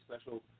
special